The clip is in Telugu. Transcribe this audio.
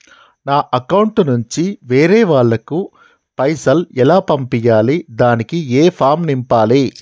నా అకౌంట్ నుంచి వేరే వాళ్ళకు పైసలు ఎలా పంపియ్యాలి దానికి ఏ ఫామ్ నింపాలి?